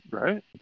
right